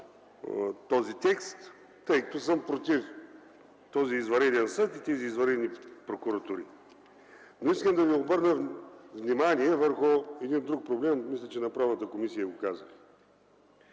този текст, тъй като съм против този извънреден съд и тези извънредни прокуратури. Искам да ви обърна внимание върху един друг проблем, мисля, че на Правната комисия го казах.